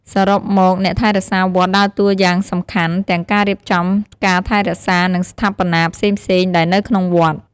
សរុបមកអ្នកថែរក្សាវត្តដើរតួយ៉ាងសំខាន់ទាំងការរៀបចំការថែរក្សានិងស្ថាបនាផ្សេងៗដែលនៅក្នុងវត្ត។